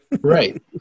right